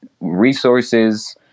resources